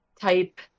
type